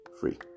free